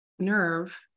nerve